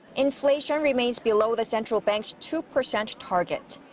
inflation remains below the central bank's two percent target.